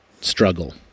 struggle